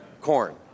Corn